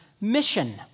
mission